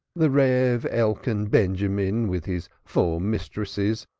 the rev. elkan benjamin, with his four mistresses,